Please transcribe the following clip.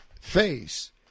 face